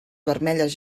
vermelles